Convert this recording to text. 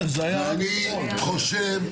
אני חושב,